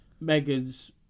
Megan's